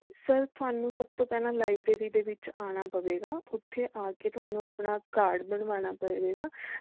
sir ਤੁਹਾਨੂੰ ਸਭ ਤੋਂ ਪਹਿਲਾਂ ਲਾਇਬ੍ਰੇਰੀ ਦੇ ਵਿੱਚ ਆਉਣਾ ਪਵੇਗਾ ਉੱਥੇ ਆ ਕੇ ਤੁਹਾਨੂੰ ਆਪਣਾ ਕਾਰਡ ਬਣਵਾਉਣਾ ਪਵੇਗਾ